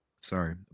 Sorry